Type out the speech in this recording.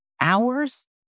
hours